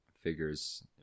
figures